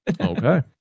Okay